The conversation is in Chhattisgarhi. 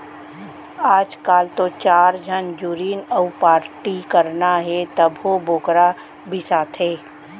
आजकाल तो चार झन जुरिन अउ पारटी करना हे तभो बोकरा बिसाथें